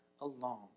alone